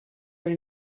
were